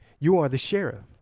you are the sheriff,